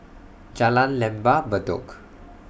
Jalan Lembah Bedok